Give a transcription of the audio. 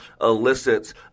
elicits